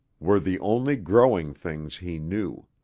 were the only growing things he knew.